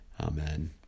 Amen